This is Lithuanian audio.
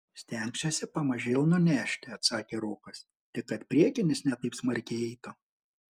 stengsiuosi pamažėl nunešti atsakė rokas tik kad priekinis ne taip smarkiai eitų